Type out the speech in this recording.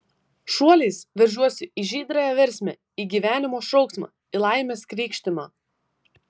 šuoliais veržiuosi į žydrąją versmę į gyvenimo šauksmą į laimės krykštimą